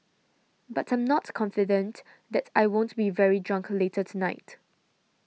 but I'm not confident that I won't be very drunk later tonight